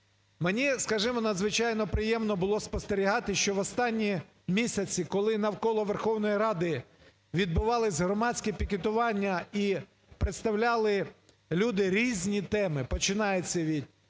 Мені, скажімо, надзвичайно приємно було спостерігати, що в останні місяці, коли навколо Верховної Ради відбувались громадські пікетування і представляли люди різні теми, починаючи від